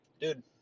Dude